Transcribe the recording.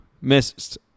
missed